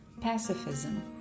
pacifism